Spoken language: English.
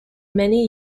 many